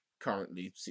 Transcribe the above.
currently